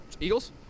Eagles